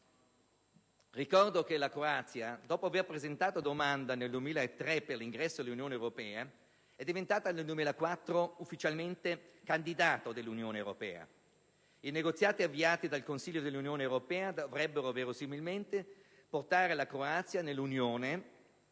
Ricordo che la Croazia, dopo aver presentato domanda nel 2003 per l'ingresso nell'Unione europea, nel 2004 è diventata ufficialmente candidato dell'Unione. I negoziati avviati dal Consiglio dell'Unione europea dovrebbero verosimilmente portare la Croazia nell'Unione entro